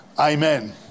Amen